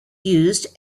used